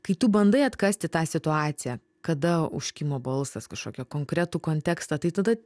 kai tu bandai atkasti tą situaciją kada užkimo balsas kažkokia konkretų kontekstą tai tada